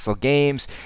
Games